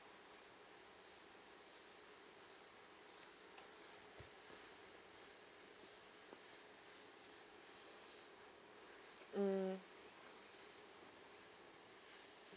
mm